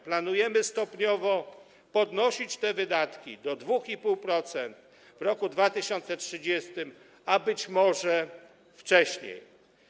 Planujemy stopniowo podnosić te wydatki do 2,5% w roku 2030, a być może wcześniej.